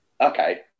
okay